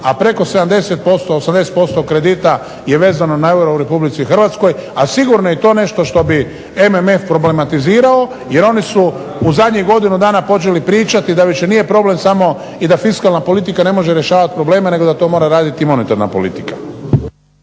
a preko 80% kredita je vezano na euro u Republici Hrvatskoj, a sigurno je to nešto što bi MMF problematizirao jer oni su u zadnjih godinu dana počeli pričati da više nije samo problem da fiskalna politika rješavati probleme nego da to mora raditi monetarna politika.